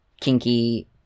kinky